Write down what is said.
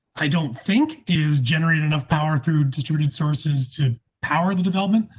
i don't think is generated enough power through distributed sources to power the development,